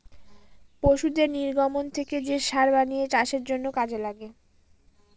পশুদের নির্গমন থেকে যে সার বানিয়ে চাষের জন্য কাজে লাগে